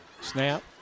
Snap